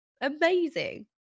amazing